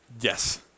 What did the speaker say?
Yes